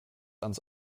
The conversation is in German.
ans